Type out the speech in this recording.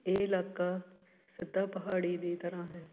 ਇਹ ਇਲਾਕਾ ਸਿੱਧਾ ਪਹਾੜੀ ਦੀ ਤਰ੍ਹਾਂ ਹੈ